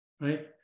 right